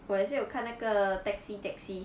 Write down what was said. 我也是有看那个 taxi taxi